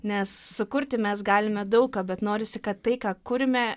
nes sukurti mes galime daug ką bet norisi kad tai ką kuriame